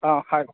ꯑꯥ ꯍꯥꯏꯎ